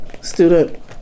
Student